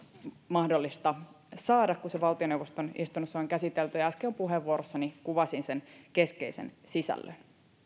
mahdollista saada kun se valtioneuvoston istunnossa on käsitelty äsken jo puheenvuorossani kuvasin sen keskeisen sisällön me teemme myös